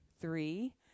three